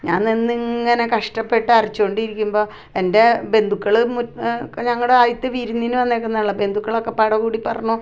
ഞാൻ നിന്ന് ഇങ്ങനെ കഷ്ടപ്പെട്ട് അരച്ച് കൊണ്ടിരിക്കുമ്പം എൻ്റെ ബന്ധുക്കൾ ഞങ്ങളുടെ ആയിത്തെ വിരുന്നിന് വന്നേക്കുന്നൊള്ളെ ബന്ധുക്കളൊക്കെ പട കൂടി പറഞ്ഞു